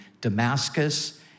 Damascus